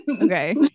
okay